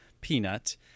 peanut